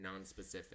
nonspecific